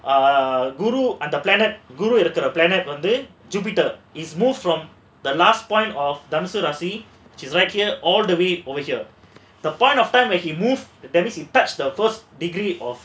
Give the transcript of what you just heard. err guru under planet guru and a planet jupiter is moves from the last point of Dhanusu ராசி:thanusu rasi which is right here all the way over here the point of time where he moved that means he touch the first degree of